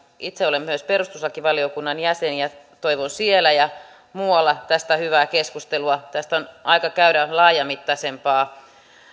itse olen myös perustuslakivaliokunnan jäsen ja toivon siellä ja muualla tästä hyvää keskustelua tästä on aika käydä laajamittaisempaa